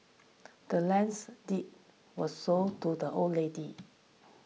the land's deed was sold to the old lady